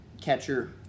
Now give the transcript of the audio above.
catcher